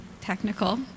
technical